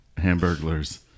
hamburglers